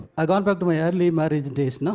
i'd gone back to my early marriage days.